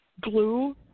glue